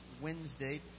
Wednesday